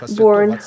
born